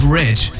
rich